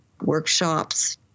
workshops